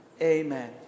Amen